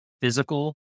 physical